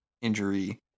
injury